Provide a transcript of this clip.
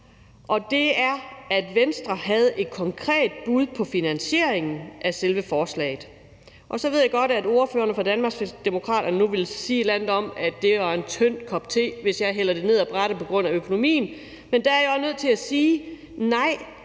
og det er, at Venstre havde et konkret bud på finansieringen af selve forslaget. Jeg ved godt, at ordføreren for Danmarksdemokraterne nu vil sige et eller andet om, at det var en tynd kop te, hvis jeg hælder det ned ad rette på grund af økonomien. Men der er jeg nødt til at sige: Nej,